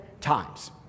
times